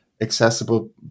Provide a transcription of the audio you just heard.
accessible